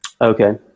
Okay